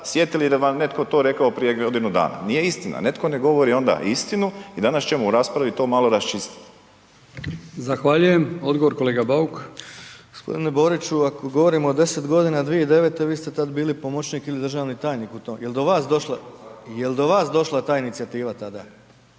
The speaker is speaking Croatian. sjetili da vam je netko to rekao prije godinu dana. Nije istina, netko ne govori onda istinu i danas ćemo u raspravi to malo raščistiti. **Brkić, Milijan (HDZ)** Zahvaljujem. Odgovor, kolega Bauk. **Bauk, Arsen (SDP)** G. Boriću, ako govorimo o 10 g., 2009. vi ste tad bili tad bili pomoćnik ili državni tajnik u tom, jel do vas došla ta inicijativa tada?